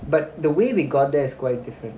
but the way we got there is quite different